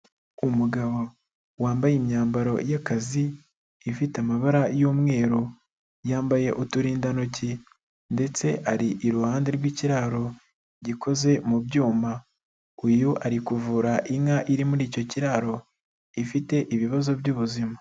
Umugabo wambaye imyambaro y'akazi ifite amabara y'umweru, yambaye uturindantoki ndetse ari iruhande rw'ikiraro gikoze mu byuma, uyu ari kuvura inka iri muri icyo kiraro ifite ibibazo by'ubuzima.